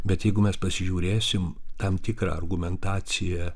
bet jeigu mes pasižiūrėsim tam tikrą argumentaciją